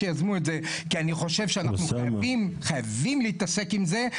כי אני חושב שאנחנו חייבים להתעסק עם זה.